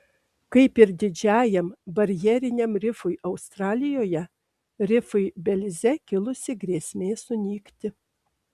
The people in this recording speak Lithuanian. kaip ir didžiajam barjeriniam rifui australijoje rifui belize kilusi grėsmė sunykti